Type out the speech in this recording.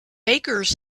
bakers